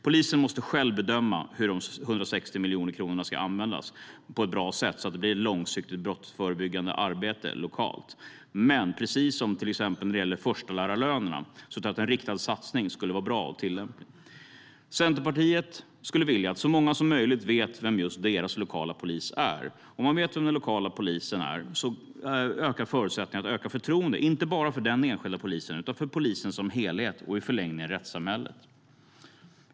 Polisen själv måste bedöma hur de 160 miljoner kronorna ska användas på ett bra sätt så att det blir ett långsiktigt brottsförebyggande arbete lokalt. Men precis som när det gäller till exempel förstelärarlönerna tror jag att en riktad satsning skulle vara en bra tillämpning. Centerpartiet skulle vilja att så många som möjligt vet vem just deras lokala polis är. Om man vet vem den lokala polisen är ökar förutsättningarna att öka förtroendet inte bara för den enskilda polisen utan för polisen som helhet och i förlängningen rättssamhället.